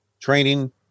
training